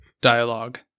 dialogue